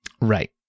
right